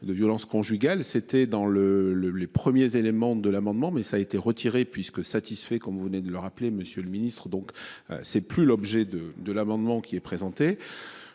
de violence conjugale, c'était dans le le les premiers éléments de l'amendement, mais ça a été retiré puisque satisfait comme vous venez de le rappeler, Monsieur le Ministre. Donc c'est plus l'objet de de l'amendement qui est présenté.